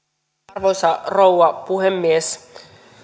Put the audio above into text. arvoisa rouva puhemies